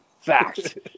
Fact